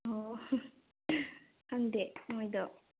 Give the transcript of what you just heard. ꯑꯣ ꯈꯪꯗꯦ ꯃꯣꯏꯗꯣ